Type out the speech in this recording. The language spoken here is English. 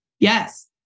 Yes